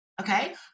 okay